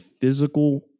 physical